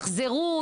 תחזרו,